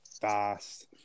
fast